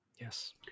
Yes